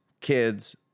kids